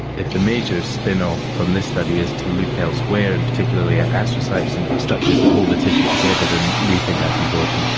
if the major spin off from this study is to look elsewhere and particularly at astrocytes and the structures that hold the tissue together then we think that's important.